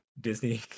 Disney